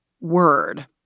word